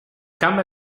cama